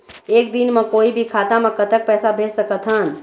एक दिन म कोई भी खाता मा कतक पैसा भेज सकत हन?